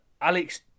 Alex